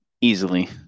easily